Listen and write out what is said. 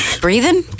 Breathing